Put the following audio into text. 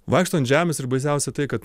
vaikšto ant žemės ir baisiausia tai kad